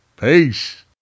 Peace